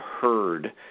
heard